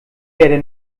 werde